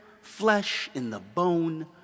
flesh-in-the-bone